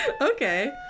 Okay